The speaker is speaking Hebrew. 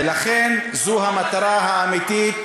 ולכן, זו המטרה האמיתית,